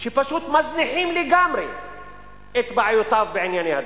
שפשוט מזניחים לגמרי את בעיותיו בענייני הדיור.